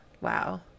wow